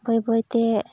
ᱵᱟᱹᱭ ᱵᱟᱹᱭᱛᱮ